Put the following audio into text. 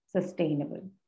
sustainable